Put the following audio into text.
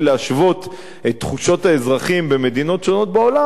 להשוות את תחושות האזרחים במדינות שונות בעולם,